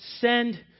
send